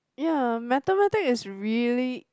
ya mathematics is really